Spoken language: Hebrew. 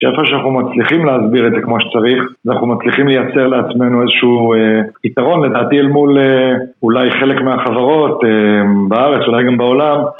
שאיפה שאנחנו מצליחים להסביר את זה כמו שצריך ואנחנו מצליחים לייצר לעצמנו איזשהו יתרון לדעתי אל מול אולי חלק מהחברות בארץ, אולי גם בעולם